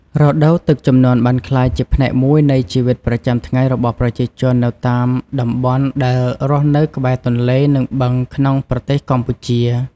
រដូវទឹកជំនន់បានក្លាយជាផ្នែកមួយនៃជីវិតប្រចាំថ្ងៃរបស់ប្រជាជននៅតាមតំបន់ដែលរស់នៅក្បែរទន្លេនិងបឹងក្នុងប្រទេសកម្ពុជា។